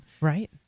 Right